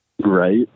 Right